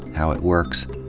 how it works,